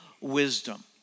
wisdom